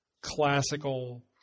classical